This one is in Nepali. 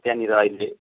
त्यहाँनिर अहिले